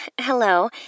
hello